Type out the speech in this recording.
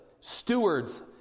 stewards